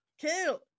kill